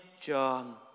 John